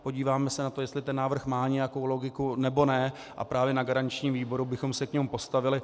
Podíváme se na to, jestli návrh má nějakou logiku, nebo ne, a právě na garančním výboru bychom se k němu postavili.